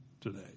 today